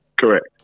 Correct